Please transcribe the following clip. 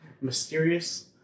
Mysterious